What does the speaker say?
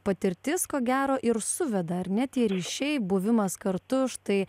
patirtis ko gero ir suveda ar ne tie ryšiai buvimas kartu štai